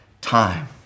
time